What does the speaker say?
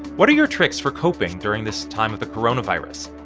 what are your tricks for coping during this time of the coronavirus?